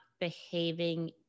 behaving